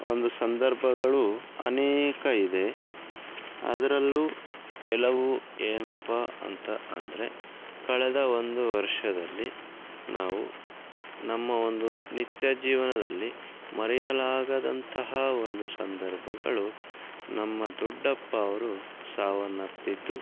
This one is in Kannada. ಒಂದು ಸಂದರ್ಭಗಳು ಅನೇಕ ಇದೆ ಅದರಲ್ಲೂ ಕೆಲವು ಏನಪ್ಪ ಅಂತ ಅಂದರೆ ಕಳೆದ ಒಂದು ವರ್ಷದಲ್ಲಿ ನಾವು ನಮ್ಮ ಒಂದು ನಿತ್ಯ ಜೀವನದಲ್ಲಿ ಮರೆಯಲಾಗದಂತಹ ಒಂದು ಸಂದರ್ಭಗಳು ನಮ್ಮ ದೊಡ್ಡಪ್ಪ ಅವರು ಸಾವನ್ನಪ್ಪಿದ್ದು